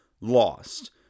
lost